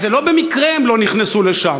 אז לא במקרה הם לא נכנסו לשם.